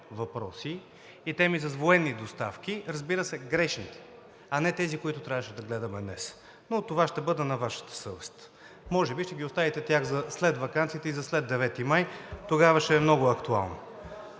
въпроси и теми за военни доставки, разбира се, грешните, а не тези, които трябваше да гледаме днес, но това ще бъде на Вашата съвест. Може би тях ще ги оставите за след ваканцията и след 9 май – тогава ще е много актуално.